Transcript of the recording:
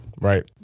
right